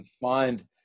find